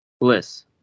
bliss